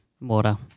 Water